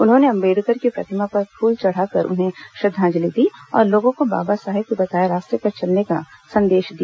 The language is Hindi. उन्होंने अंबेडकर की प्रतिमा पर फूल चढ़ा कर उन्हें श्रद्धांजलि दी और लोगों को बाबा साहेब के बताए रास्ते पर चलने का संदेश दिया